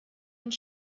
und